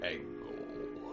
Angle